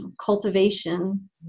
cultivation